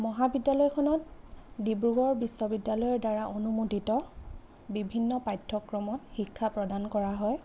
মহাবিদ্যালয়খনত ডিব্ৰুগড় বিশ্ববিদ্যালয়ৰ দ্বাৰা অনুমোদিত বিভিন্ন পাঠ্যক্ৰমত শিক্ষা প্ৰদান কৰা হয়